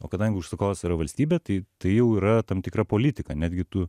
o kadangi užsakovas yra valstybė tai tai jau yra tam tikra politika netgi tu